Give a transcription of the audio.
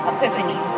Epiphany